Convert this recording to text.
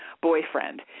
boyfriend